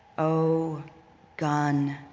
oh gun,